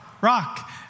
rock